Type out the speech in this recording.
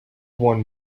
one